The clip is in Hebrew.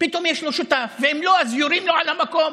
פתאום יש לו שותף, ואם לא, יורים לו על המקום.